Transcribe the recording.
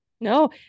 No